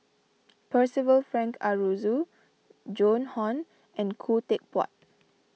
Percival Frank Aroozoo Joan Hon and Khoo Teck Puat